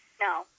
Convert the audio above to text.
No